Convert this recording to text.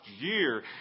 year